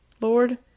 Lord